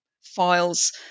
files